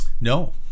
no